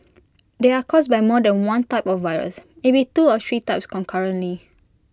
they are caused by more than one type of virus maybe two or three types concurrently